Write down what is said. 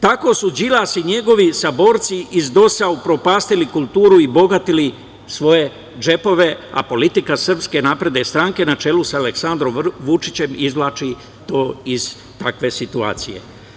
Tako su Đilas i njegovi saborci iz DOS-a upropastili kulturu i bogatili svoje džepove, a politika SNS na čelu sa Aleksandrom Vučićem izvlači to iz takve situacije.